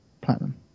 platinum